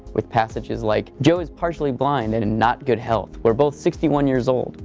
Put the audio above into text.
with passages like, joe is partially blind and in not good health. we're both sixty one years old.